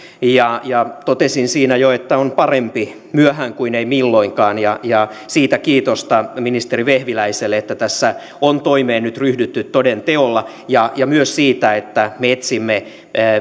ja ja totesin siinä jo että on parempi myöhään kuin ei milloinkaan ja ja siitä kiitosta ministeri vehviläiselle että tässä on toimeen nyt ryhdytty toden teolla ja ja myös siitä että me etsimme